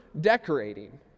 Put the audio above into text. decorating